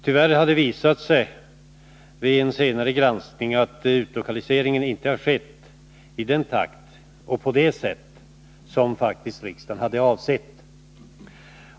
Tyvärr har det i den senare granskningen visat sig att utlokaliseringen inte har skett i den takt och på det sätt som riksdagen faktiskt avsett.